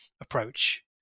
approach